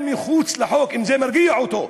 אל מחוץ לחוק, אם זה מרגיע אותו.